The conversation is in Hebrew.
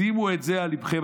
שימו את זה על ליבכם.